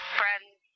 friends